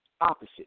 opposite